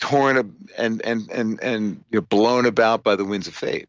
torn ah and and and and blown about by the winds of fate